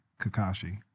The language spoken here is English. Kakashi